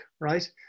right